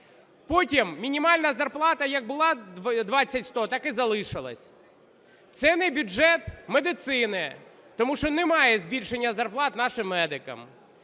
Потім мінімальна зарплата як була 20100, так і залишилася. Це не бюджет медицини, тому що немає збільшення зарплат нашим медикам.